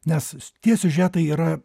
nes tie siužetai yra